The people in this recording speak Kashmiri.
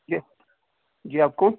جی جی آپ کون